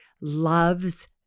loves